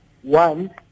One